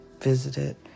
Visited